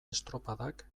estropadak